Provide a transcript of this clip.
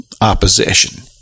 opposition